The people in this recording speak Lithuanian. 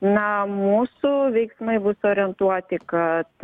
na mūsų veiksmai bus orientuoti kad